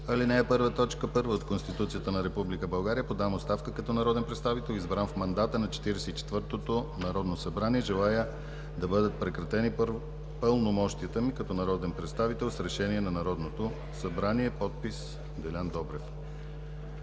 ал. 1, т. 1 от Конституцията на Република България подавам оставка като народен представител, избран в мандата на Четиридесет и четвъртото народно събрание. Желая да бъдат прекратени пълномощията ми като народен представител с Решение на Народното събрание. Подпис: Делян Добрев“.